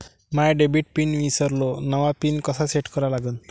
माया debit pin ईसरलो, नवा pin कसा सेट करा लागन?